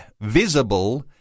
visible